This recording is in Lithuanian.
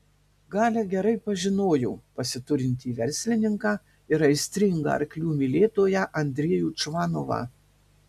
galia gerai pažinojo pasiturintį verslininką ir aistringą arklių mylėtoją andrejų čvanovą